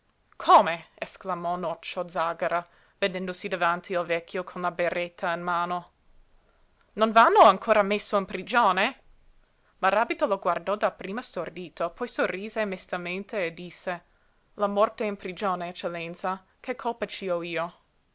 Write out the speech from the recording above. come esclamò nocio zàgara vedendosi davanti il vecchio con la berretta in mano non v'hanno ancora messo in prigione maràbito lo guardò dapprima stordito poi sorrise mestamente e disse la morte in prigione eccellenza che colpa ci ho io